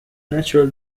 natural